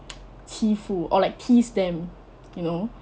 欺负 or like tease them you know